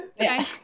Okay